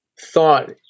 thought